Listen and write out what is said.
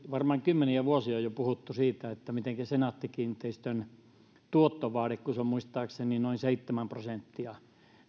varmaan kymmeniä vuosia on jo puhuttu siitä että kun senaatti kiinteistöjen tuottovaade on muistaakseni noin seitsemän prosenttia